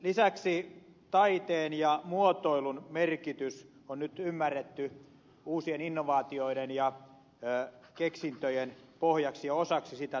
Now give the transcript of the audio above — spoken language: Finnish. lisäksi taiteen ja muotoilun merkitys on nyt ymmärretty uusien innovaatioiden ja keksintöjen pohjaksi ja osaksi sitä toimintaa